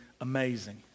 amazing